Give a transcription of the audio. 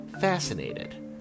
fascinated